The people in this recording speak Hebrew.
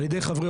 על ידי חברי